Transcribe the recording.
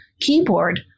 keyboard